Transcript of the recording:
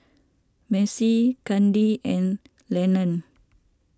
Marcy Kadin and Leland